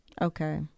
okay